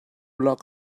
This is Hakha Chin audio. lak